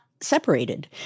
separated